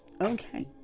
okay